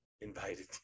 invited